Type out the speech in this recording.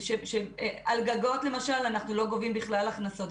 על גגות למשל אנחנו לא גובים בכלל הכנסות.